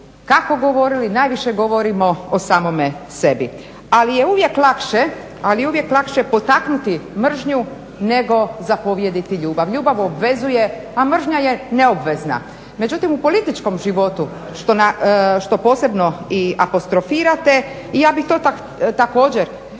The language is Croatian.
kako govorili najviše govorimo o samome sebi. Ali je uvijek lakše potaknuti mržnju, nego zapovjediti ljubav. Ljubav obvezuje, a mržnja je neobvezna. Međutim, u političkom životu što posebno i apostrofirate ja bih to također